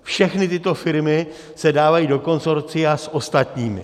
Všechny tyto firmy se dávají do konsorcia s ostatními.